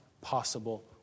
possible